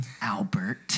Albert